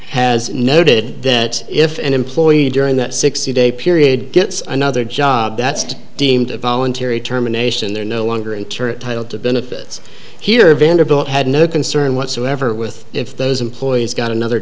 has noted that if an employee during that sixty day period gets another job that's deemed a voluntary terminations they're no longer inter title to benefits here vanderbilt had no concern whatsoever with if those employees got another